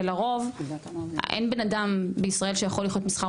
לרוב אין בן אדם בישראל שיכול לחיות משכר